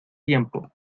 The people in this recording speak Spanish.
tiempo